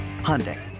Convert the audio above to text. Hyundai